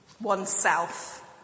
oneself